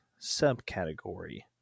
subcategory